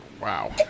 Wow